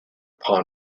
pawn